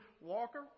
Walker